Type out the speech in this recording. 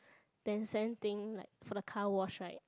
ten cent thing like for the car wash right